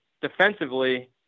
defensively